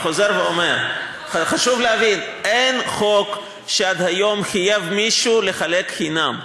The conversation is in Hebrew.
אני חוזר ואומר: חשוב להבין שאין חוק שחייב עד היום מישהו לחלק חינם.